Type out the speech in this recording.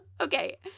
Okay